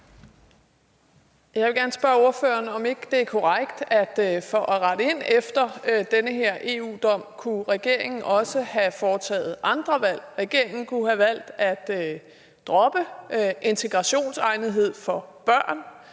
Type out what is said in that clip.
Jeg vil gerne spørge ordføreren, om ikke det er korrekt, at for at rette ind efter den her EU-dom, kunne regeringen også have foretaget andre valg. Regeringen kunne have valgt at droppe integrationsegnethedvurderingen